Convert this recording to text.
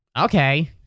Okay